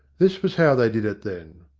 this was how they did it, then.